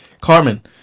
Carmen